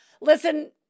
Listen